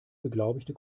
beglaubigte